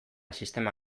sistema